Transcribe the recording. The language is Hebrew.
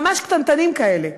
ממש קטנטנים כאלה.